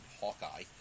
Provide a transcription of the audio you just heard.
Hawkeye